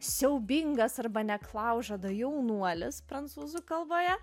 siaubingas arba neklaužada jaunuolis prancūzų kalboje